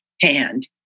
hand